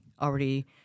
already